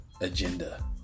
agenda